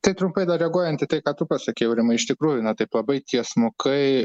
tai trumpai dar reaguojant į tai ką tu pasakei aurimai iš tikrųjų na taip labai tiesmukai